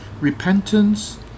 Repentance